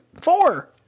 Four